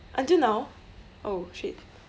until now oh shit